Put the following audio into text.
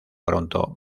pronto